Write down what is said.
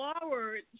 forward